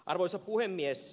arvoisa puhemies